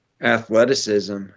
athleticism